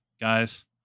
guys